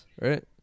right